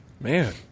man